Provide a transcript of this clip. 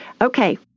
Okay